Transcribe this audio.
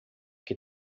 que